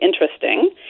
interesting